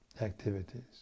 activities